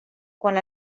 quan